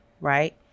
right